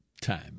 Time